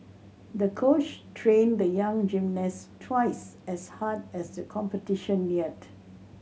the coach trained the young gymnast twice as hard as the competition neared